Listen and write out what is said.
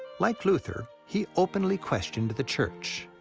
like luther, he openly questioned the church.